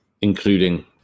including